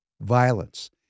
violence